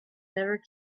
never